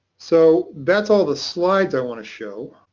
so that's all the slides i want to show,